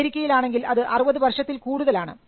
അമേരിക്കയിൽ ആണെങ്കിൽ അത് 60 വർഷത്തിൽ കൂടുതൽ ആണ്